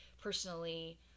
personally